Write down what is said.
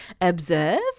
observe